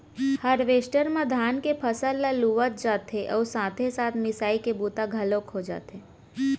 harvester म धान के फसल ल लुवत जाथे अउ साथे साथ मिसाई के बूता घलोक हो जाथे